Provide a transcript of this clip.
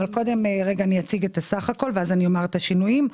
קודם אציג את הסך הכול ואז אומר את השינויים.